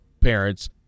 parents